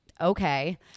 Okay